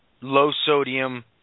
low-sodium